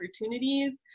opportunities